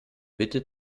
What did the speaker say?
bitte